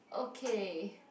okay